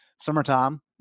summertime